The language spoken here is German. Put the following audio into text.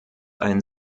ein